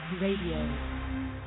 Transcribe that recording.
Radio